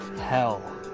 hell